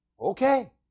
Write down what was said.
Okay